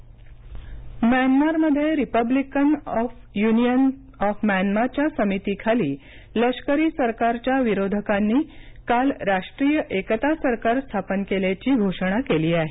Myanmar म्यानमारमध्ये republic of the union of म्यानमाच्या समितीखाली लष्करी सरकारच्या विरोधकांनी काल राष्ट्रीय एकता सरकार स्थापन केल्याची घोषणा केली आहे